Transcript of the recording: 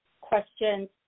questions